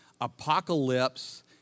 Apocalypse